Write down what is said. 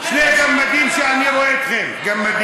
עיסאווי, אני 1.80 מ'.